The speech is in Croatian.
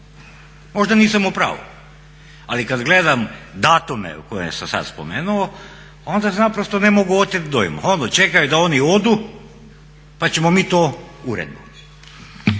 Možda nisam u pravu ali kada gledam datume koje sam sada spomenuo onda se naprosto ne mogu oteti dojmu. Ono, čekaj da oni odu pa ćemo mi to uredbom.